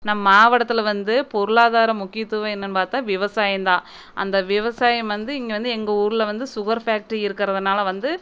நம் மாவட்டத்தில் வந்து பொருளாதாரம் முக்கியத்துவம் என்னன்னு பார்த்தா விவசாயம்தான் அந்த விவசாயம் வந்து இங்கே வந்து எங்கள் ஊரில் வந்து சுகர் ஃபேக்ட்ரி இருக்கிறதுனால வந்து